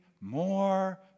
more